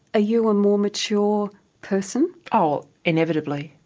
you a more mature person? oh, inevitably.